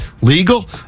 legal